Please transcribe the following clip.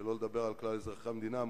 שלא לדבר על כלל אזרחי המדינה,